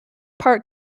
part